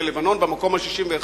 ולבנון במקום ה-61,